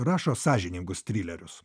rašo sąžiningus trilerius